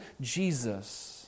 Jesus